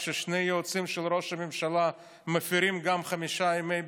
כששני יועצים של ראש הממשלה מפירים גם חמישה ימי בידוד,